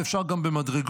ואפשר גם במדרגות,